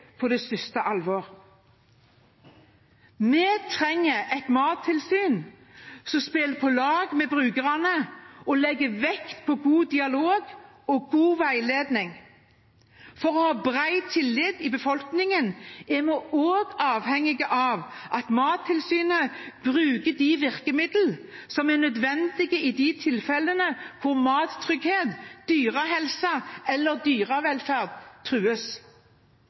på største alvor. Vi trenger et mattilsyn som spiller på lag med brukerne og legger vekt på god dialog og god veiledning. For å ha bred tillit i befolkningen er vi også avhengige av at Mattilsynet bruker de virkemidlene som er nødvendig i de tilfellene der mattrygghet, dyrehelse eller dyrevelferd trues.